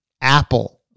apple